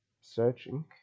searching